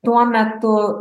tuo metu